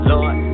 Lord